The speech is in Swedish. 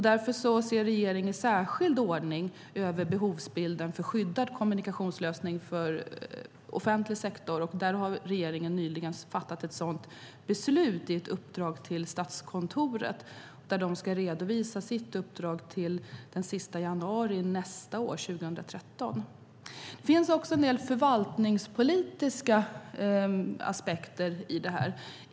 Därför ser regeringen i särskild ordning över behovsbilden för en skyddad kommunikationslösning för offentlig sektor. Där har regeringen nyligen fattat beslut om ett uppdrag till Statskontoret. De ska redovisa sitt uppdrag senast den 31 januari nästa år, 2013. Det finns också en del förvaltningspolitiska aspekter i detta.